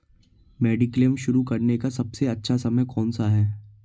Mediclaim शुरू करने का सबसे अच्छा समय कौनसा है?